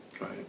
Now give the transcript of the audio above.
Right